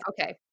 Okay